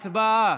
הצבעה.